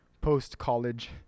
post-college